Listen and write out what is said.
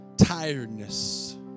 tiredness